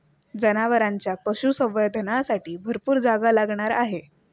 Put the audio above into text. जनावरांच्या पशुसंवर्धनासाठी भरपूर जागा लागणार आहे